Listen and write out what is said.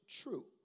true